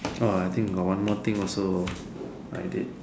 oh I think got one more thing also I did